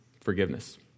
forgiveness